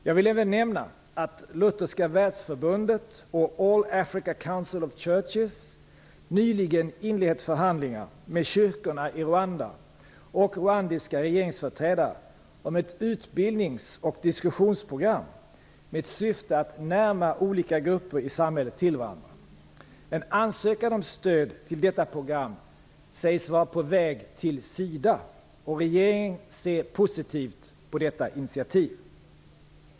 Jag vill även nämna att Lutherska Världsförbundet och All Africa Council Of Churches nyligen inlett förhandlingar med kyrkorna i Rwanda och rwandiska regeringsföreträdare om ett utbildningsoch diskussionsprogram i syfte att närma olika grupper i samhället till varandra. En ansökan om stöd till detta program sägs vara på väg till SIDA. Regeringen ser positivt på detta initiativ.